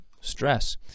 stress